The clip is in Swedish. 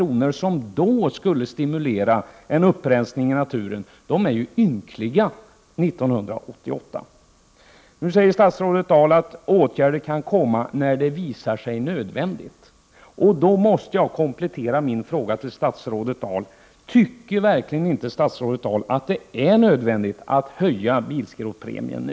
som år 1975 skulle stimulera till en upprensning i naturen är ju ynkliga 1988. Nu säger statsrådet Birgitta Dahl att åtgärder kan komma när det visar sig nödvändigt. Då måste jag komplettera min fråga till statsrådet: Tycker verkligen inte statsrådet Birgitta Dahl att det är nödvändigt att höja bilskrotpremien nu?